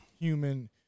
human